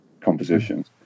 compositions